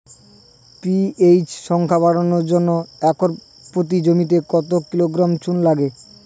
PH সংখ্যা বাড়ানোর জন্য একর প্রতি জমিতে কত কিলোগ্রাম চুন লাগে?